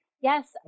yes